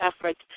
efforts